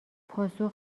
پاسخ